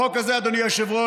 החוק הזה, אדוני היושב-ראש,